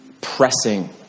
Pressing